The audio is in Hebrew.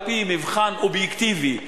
על-פי מבחן אובייקטיבי,